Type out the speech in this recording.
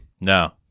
No